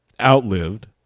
outlived